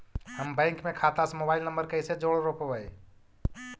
हम बैंक में खाता से मोबाईल नंबर कैसे जोड़ रोपबै?